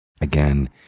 again